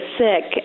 sick